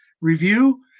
review